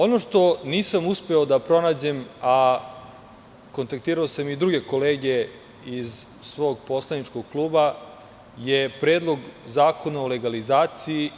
Ono što nisam uspeo da pronađem, a kontaktirao sam i druge kolege iz svog poslaničkog kluba je Predlog zakona o legalizaciji.